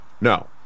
No